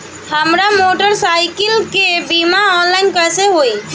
हमार मोटर साईकीलके बीमा ऑनलाइन कैसे होई?